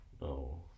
No